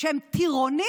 שהם טירונים